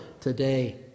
today